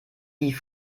wie